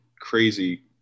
crazy